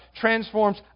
transforms